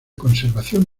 conservación